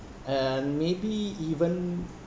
and maybe even